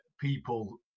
people